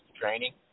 training